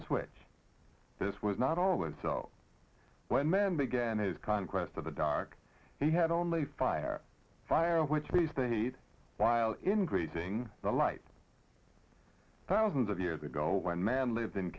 switch this was not always so when men began his kind quest of the dark he had only fire fire which he stayed while increasing the light thousands of years ago when man lived in